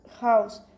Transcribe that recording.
house